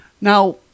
Now